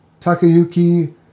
Takayuki